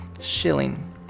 Shilling